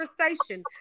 conversation